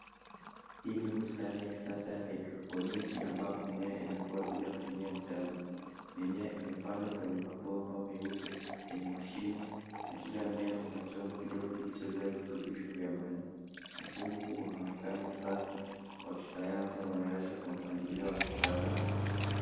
Hii ni bustani ya kisasa ya haidroponiki ambapo mimea inakua bila kutumia mchanga. Mimea imepandwa kwenye mabomba meupe yenye mashimo na kila mmea una chombo kidogo kilichojaa virutubisho vya maji. Mfumo huu unaonekana safi, wa kisayansi na unaonyesha kwa mpangilio wa kisasa.